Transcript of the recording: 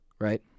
Right